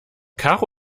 karo